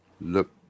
look